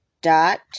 dot